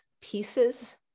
pieces